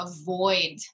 avoid